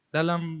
Dalam